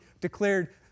declared